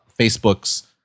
Facebook's